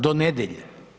Do nedjelje.